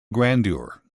grandeur